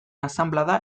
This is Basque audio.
asanblada